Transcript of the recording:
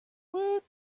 woot